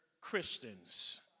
Christians